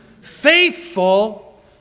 Faithful